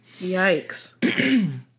Yikes